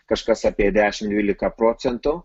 kažkas apie dešim dvyliką procentų